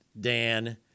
Dan